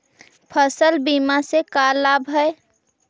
फसल बीमा से का लाभ है?